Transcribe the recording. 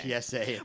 PSA